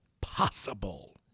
possible